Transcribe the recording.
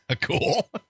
Cool